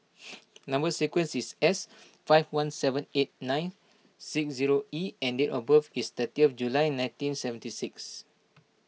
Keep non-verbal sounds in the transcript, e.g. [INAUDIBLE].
[NOISE] Number Sequence is S five one seven eight nine six zero E and date of birth is thirty of July nineteen seventy six